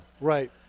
Right